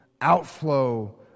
outflow